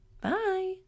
Bye